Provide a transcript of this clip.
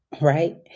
right